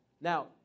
Now